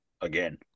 Again